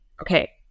Okay